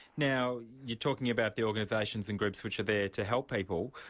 now you're talking about the organisations and groups which are there to help people.